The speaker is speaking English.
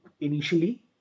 initially